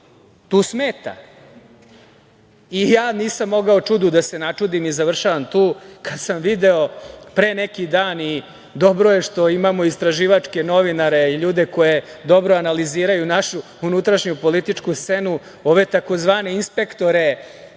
tu smeta i ja nisam mogao čudu da se načudim i završavam tu, kad sam video pre neki dan i dobro je što imamo istraživačke novinare i ljude koji dobro analiziraju našu unutrašnju političku scenu, ove tzv. inspektore